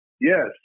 yes